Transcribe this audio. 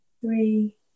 three